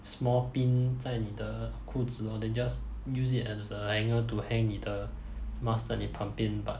small pin 在你的裤子 hor than just use it as a hanger to hang 你的 mask 在你旁边 but